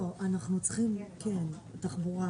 אנחנו צריכים תחבורה,